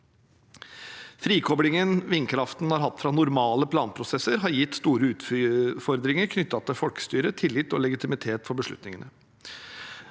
Frikoblingen vindkraften har hatt fra normale planprosesser, har gitt store utfordringer knyttet til folkestyret, tillit og legitimitet for beslutningene.